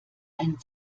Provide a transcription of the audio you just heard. ein